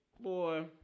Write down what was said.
Boy